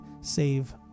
save